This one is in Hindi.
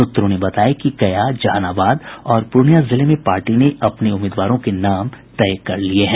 सूत्रों ने बताया कि गया जहानाबाद और पूर्णियां जिले में पार्टी ने अपने उम्मीदवारों के नाम तय कर लिये हैं